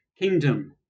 kingdom